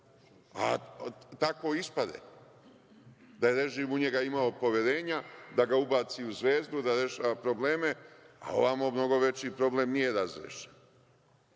Tako ispade, da je režim u njega imao poverenja da ga ubaci u „Zvezdu“, da rešava probleme, a ovamo mnogo veći problem nije razrešen. Što